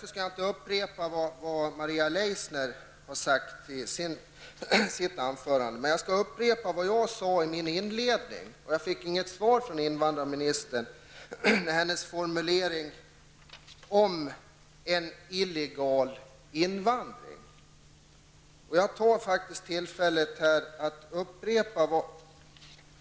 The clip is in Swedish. Jag skall inte upprepa vad Maria Leissner sade, men jag skall upprepa de frågor som jag i mitt anförande ställde om invandrarministerns formulering ''illegal invandring'' och som jag inte fick något svar på.